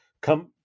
come